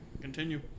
Continue